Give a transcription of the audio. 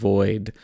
Void